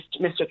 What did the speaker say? Mr